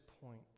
point